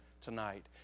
tonight